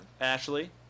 Ashley